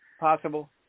possible